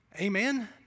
Amen